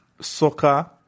soccer